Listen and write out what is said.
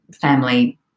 family